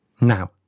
Now